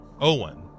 Owen